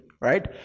right